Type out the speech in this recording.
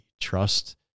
trust